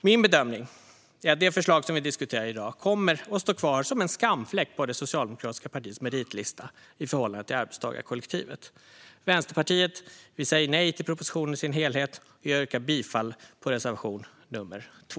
Min bedömning är att det förslag som vi diskuterar i dag kommer att stå kvar som en skamfläck på det socialdemokratiska partiets meritlista i förhållande till arbetstagarkollektivet. Vänsterpartiet säger nej till propositionen i sin helhet. Jag yrkar bifall till reservation nr 2.